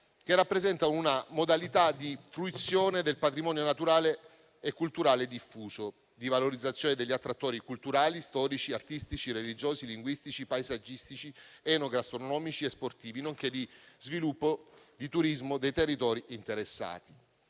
che rappresentano una modalità di fruizione del patrimonio naturale e culturale diffuso, di valorizzazione degli attrattori culturali, storici, artistici, religiosi, linguistici, paesaggistici, enogastronomici e sportivi, nonché di sviluppo di turismo dei territori interessati.